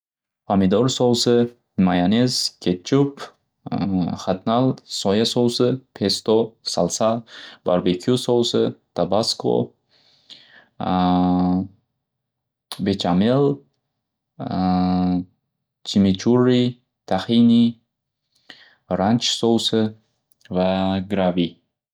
Pamidor sovusi, mayanez, kechchup, xatnal, soya sovisi, pesto', salsa, barbikyu sovisi, tabasko', bechamel, chimichurri, taxini, ranch sovisi va gravi.